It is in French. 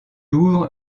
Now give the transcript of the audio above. ouvre